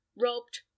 robbed